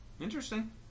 Interesting